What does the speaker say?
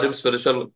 spiritual